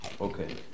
Okay